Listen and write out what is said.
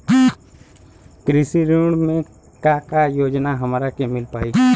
कृषि ऋण मे का का योजना हमरा के मिल पाई?